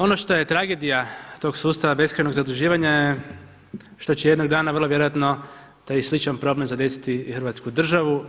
Ono što je tragedija tog sustava beskrajnog zaduživanja je što će jednog dana vrlo vjerojatno taj sličan problem zadesiti i hrvatsku državu.